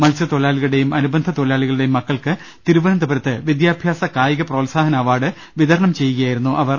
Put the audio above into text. മത്സ്യ ത്തൊഴിലാളികളുടെയും അനുബന്ധ തൊഴിലാളികളുടെയും മക്കൾക്ക് തിരുവന ന്തപുരത്ത് വിദ്യാഭ്യാസ കായിക പ്രോത്സാഹന അവാർഡ് വിതരണം ചെയ്യുകയാ യിരുന്നു മന്ത്രി